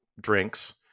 drinks